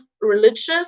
religious